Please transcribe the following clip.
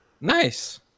Nice